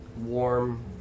warm